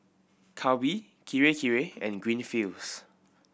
Calbee Kirei Kirei and Greenfields